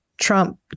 Trump